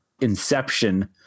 inception